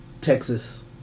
Texas